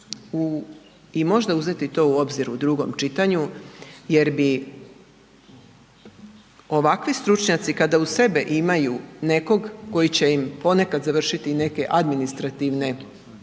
i možda uzeti to u obzir u drugom čitanju jer bi ovakvi stručnjaci kada uz sebe imaju nekog koji će im ponekad završiti i neke administrativne i